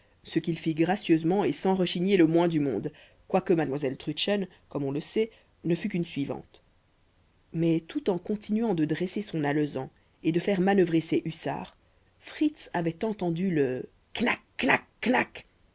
ce qu'il fit gracieusement et sans rechigner le moins du monde quoique mademoiselle trudchen comme on le sait ne fût qu'une suivante mais tout en continuant de dresser son alezan et de faire manœuvrer ses hussards fritz avait entendu le knac knac knac